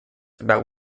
about